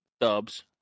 dubs